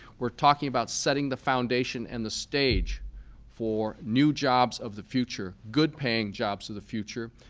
we're talking about setting the foundation and the stage for new jobs of the future, good paying jobs of the future,